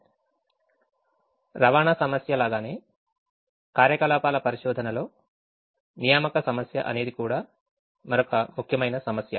transportation problem లాగానే కార్యకలాపాల పరిశోధనలో అసైన్మెంట్ ప్రాబ్లెమ్ అనేది కూడా మరొక ముఖ్యమైన సమస్య